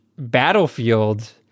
battlefield